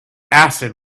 acid